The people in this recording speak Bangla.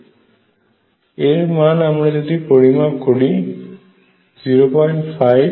অর্থাৎ এর মান 10⁻⁶⁸ গুন 10¹⁹ হবে